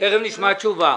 תכף נשמע תשובה.